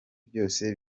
byose